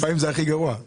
לפעמים זה הכי גרוע.